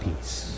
peace